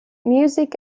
music